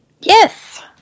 Yes